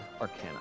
arcana